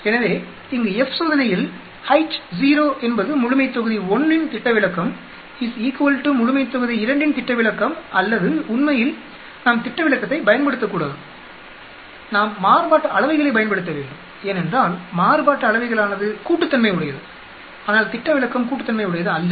எனவே இங்கு F சோதனையில் H0 என்பது முழுமைத்தொகுதி 1 இன் திட்டவிலக்கம் முழுமைத்தொகுதி 2 இன் திட்டவிலக்கம் அல்லது உண்மையில் நாம் திட்டவிலக்கத்தை பயன்படுத்தக்கூடாது நாம் மாறுபாட்டு அளவைகளைப் பயன்படுத்த வேண்டும் ஏனென்றால் மாறுபாட்டு அளவைகளானது கூட்டுத்தன்மையுடையது ஆனால் திட்டவிலக்கம் கூட்டுத்தன்மையுடையதல்ல